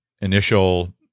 initial